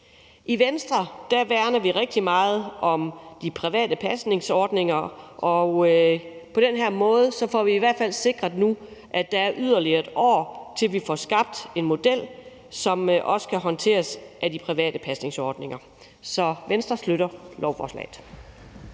I Venstre værner vi rigtig meget om de private pasningsordninger, og på den her måde får vi i hvert fald sikret, at der nu er yderligere 1 år, så vi får skabt en model, som også kan håndteres af de private pasningsordninger. Så Venstre støtter lovforslaget.